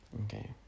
Okay